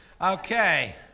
Okay